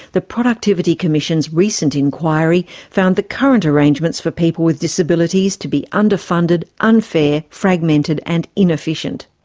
the productivity commission's recent inquiry found the current arrangements for people with disabilities to be underfunded, unfair, fragmented and inefficient.